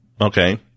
Okay